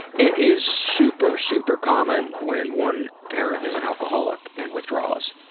it is super super common when one parent is an alcoholic and withdraws.